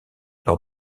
lors